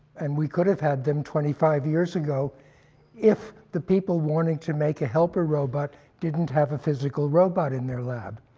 and we could have had them twenty five years ago if the people wanting to make a helper robot didn't have a physical robot in their lab.